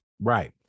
Right